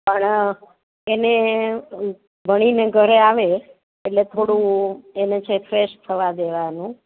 પણ એને ભણીને ઘરે આવે એટલે થોડું એને છે ફ્રેશ થવા દેવાનું